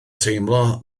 teimlo